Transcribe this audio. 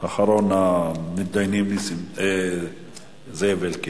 אחרון המתדיינים, זאב אלקין.